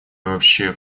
вообще